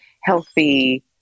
healthy